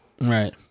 Right